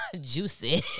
Juicy